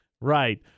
Right